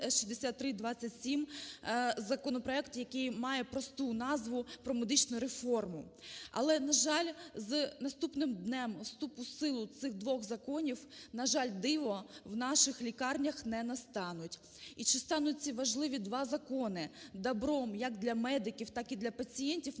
законопроект, який має просту назву "Про медичну реформу". Але, на жаль, з наступним днем вступу в силу цих двох законів, на жаль, дива в наших лікарнях не настануть. І чи стануть ці важливі два закони добром як для медиків, так і для пацієнтів